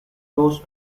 those